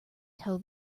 tell